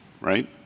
right